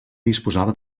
disposava